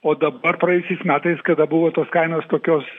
o dabar praėjusiais metais kada buvo tos kainos tokios